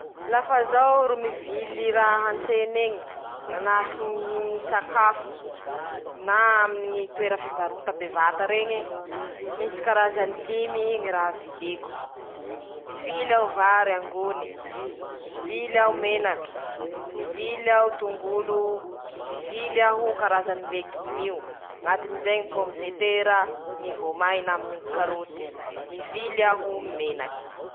Lafa zao ro mivily raha an-tsen'eñy, manahaky ñy sakafo na aminy ñy toera fivarota bevata reñe, misy karazany limy ñy raha viliko: -Mivily aho vary angony, mivily aho menaky, mivily aho tongolo, mivily aho karazany legim'io: añatin'izay ñy pomy detera, ñy voamaina aminiñy karôty, mivily aho menaky.